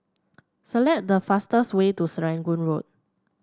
select the fastest way to Serangoon Road